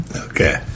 Okay